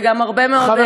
וגם הרבה מאוד סיפוק.